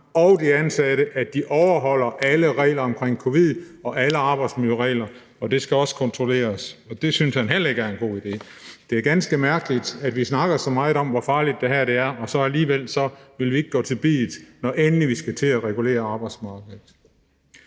og de ansatte, at de overholder alle regler omkring covid-19 og alle arbejdsmiljøregler, og det skal også kontrolleres. Og det synes han heller ikke er en god idé. Det er ganske mærkeligt, at vi snakker så meget om, hvor farligt det her er, og alligevel vil vi ikke gå til biddet, når vi endelig skal til at regulere arbejdsmarkedet.